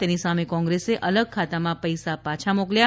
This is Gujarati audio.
તેની સામે કોંગ્રેસે અલગ ખાતામાં પૈસા પાછા મોકલ્યા